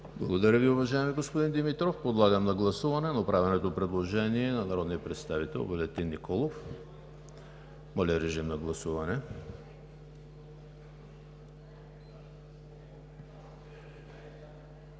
Благодаря Ви, уважаеми господин Димитров. Подлагам на гласуване направеното предложение на народния представител Валентин Николов. Гласували